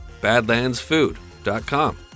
Badlandsfood.com